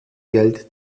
geld